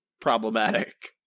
problematic